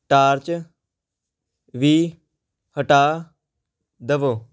torch ਵੀ ਹਟਾ ਦੇਵੋ